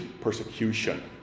persecution